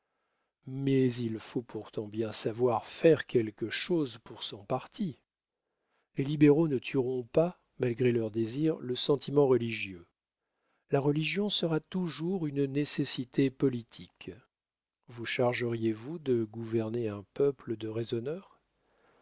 mais il faut pourtant bien savoir faire quelque chose pour son parti les libéraux ne tueront pas malgré leur désir le sentiment religieux la religion sera toujours une nécessité politique vous chargeriez vous de gouverner un peuple de raisonneurs